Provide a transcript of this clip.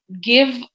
give